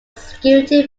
security